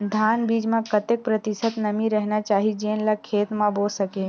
धान बीज म कतेक प्रतिशत नमी रहना चाही जेन ला खेत म बो सके?